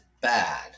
bad